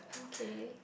okay